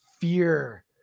fear